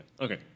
Okay